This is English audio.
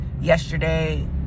yesterday